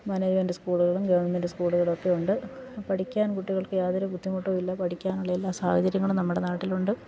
management സ്കൂളുകളും government സ്കൂളുകളൊക്കെ ഉണ്ട് പഠിക്കാൻ കുട്ടികൾക്ക് യാതൊരു ബുദ്ധിമുട്ടും ഇല്ല പഠിക്കാനുള്ള എല്ലാ സാഹചര്യങ്ങളും നമ്മുടെ നാട്ടിലുണ്ട്